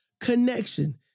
connection